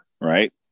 right